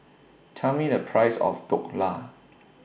Tell Me The Price of Dhokla